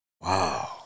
Wow